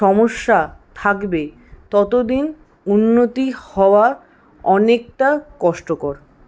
সমস্যা থাকবে ততদিন উন্নতি হওয়া অনেকটা কষ্টকর